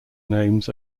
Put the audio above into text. names